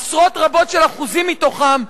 עשרות רבות של אחוזים מתוכם,